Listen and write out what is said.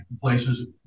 places